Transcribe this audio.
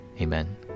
Amen